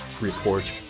report